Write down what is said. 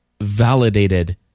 validated